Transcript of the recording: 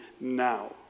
now